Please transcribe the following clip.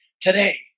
today